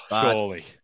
Surely